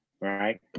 right